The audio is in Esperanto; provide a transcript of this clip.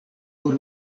por